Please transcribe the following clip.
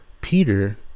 Peter